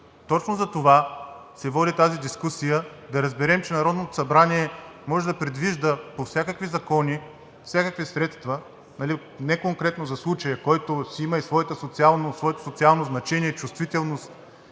Точно затова се води тази дискусия – да разберем, че Народното събрание може да предвижда по всякакви закони всякакви средства, не конкретно за случая, който си има и своето социално значение и чувствителност,